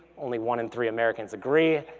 only one in three americans agree.